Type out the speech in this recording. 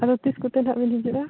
ᱟᱫᱚ ᱛᱤᱥ ᱠᱚᱛᱮ ᱱᱟᱦᱟᱜ ᱵᱮᱱ ᱦᱤᱡᱩᱜᱼᱟ